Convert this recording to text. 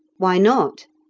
why not?